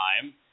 time